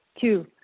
Two